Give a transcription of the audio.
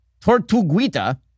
Tortuguita